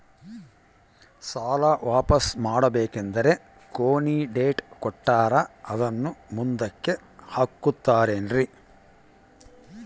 ಸಾಲ ವಾಪಾಸ್ಸು ಮಾಡಬೇಕಂದರೆ ಕೊನಿ ಡೇಟ್ ಕೊಟ್ಟಾರ ಅದನ್ನು ಮುಂದುಕ್ಕ ಹಾಕುತ್ತಾರೇನ್ರಿ?